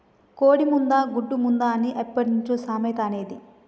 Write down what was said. కోడి ముందా, గుడ్డు ముందా అని ఎప్పట్నుంచో సామెత అనేది